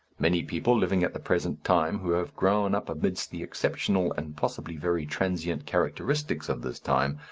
many people living at the present time, who have grown up amidst the exceptional and possibly very transient characteristics of this time,